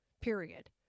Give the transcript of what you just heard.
period